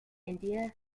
india